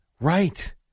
Right